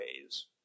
ways